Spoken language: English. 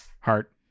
heart